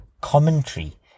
commentary